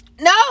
No